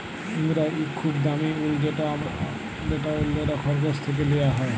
ইঙ্গরা ইক খুব দামি উল যেট অল্যরা খরগোশ থ্যাকে লিয়া হ্যয়